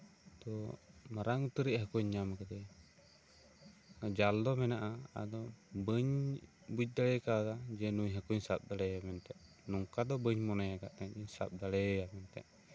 ᱛᱚ ᱢᱟᱨᱟᱝ ᱩᱛᱟᱹᱨᱤᱡ ᱦᱟᱠᱳᱧ ᱧᱟᱢ ᱠᱮᱫᱮᱭᱟ ᱡᱟᱞ ᱫᱚ ᱢᱮᱱᱟᱜᱼᱟ ᱵᱟᱹᱧ ᱵᱩᱡᱽ ᱫᱟᱲᱮ ᱠᱟᱣᱫᱟ ᱡᱮ ᱱᱩᱭ ᱦᱟᱹᱠᱩᱧ ᱥᱟᱵ ᱫᱟᱲᱮ ᱟᱭᱟ ᱢᱮᱱᱛᱮ ᱱᱚᱝᱠᱟ ᱫᱚ ᱵᱟᱹᱧ ᱢᱚᱱᱮᱭ ᱠᱟᱜ ᱛᱟᱦᱮᱸᱜ ᱡᱮ ᱥᱟᱵ ᱫᱟᱲᱮ ᱟᱭᱟ ᱢᱮᱱᱛᱮ